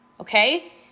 Okay